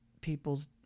people's